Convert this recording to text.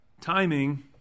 Timing